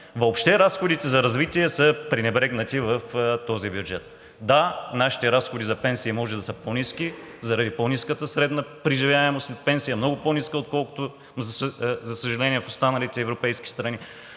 Въобще разходите за развитие са пренебрегнати в този бюджет. Да, нашите разходи за пенсии може да са по-ниски, заради по-ниската средна преживяемост от пенсия – много по-ниска, отколкото, за съжаление, в останалите европейски страни,